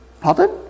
Pardon